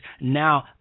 now